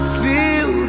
feel